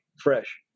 fresh